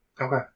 Okay